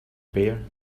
bare